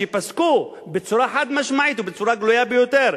שפסקו בצורה חד-משמעית ובצורה גלויה ביותר,